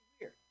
weird